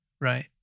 Right